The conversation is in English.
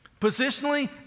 positionally